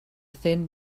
thin